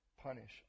punish